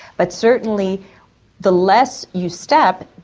but certainly the less you step,